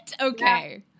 Okay